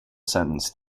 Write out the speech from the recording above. sentence